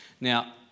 Now